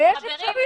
ויש אפשרויות.